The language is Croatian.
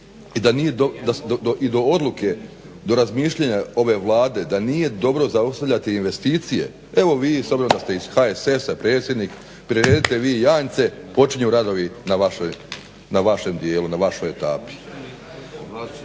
i do odluke do razmišljanja ove Vlade da nije dobro zaustavljati investicije. Evo vi s obzirom da ste iz HSS-a predsjednik priredite vi janjce, počinju radovi na vašem dijelu, na vašoj etapi.